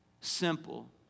simple